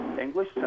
English